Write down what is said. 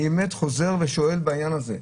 אני באמת חוזר ושואל בעניין הזה,